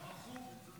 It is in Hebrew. ברחו.